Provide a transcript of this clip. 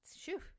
shoo